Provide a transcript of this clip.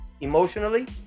Emotionally